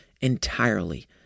entirely